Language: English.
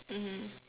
mmhmm